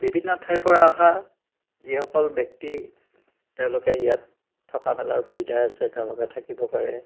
বিভিন্ন ঠাইৰপৰা অহা যিসকল ব্যক্তি তেওঁলোকে ইয়াত থকা মেলাৰ সুবিধা আছে তেওঁলোকে থাকিব পাৰে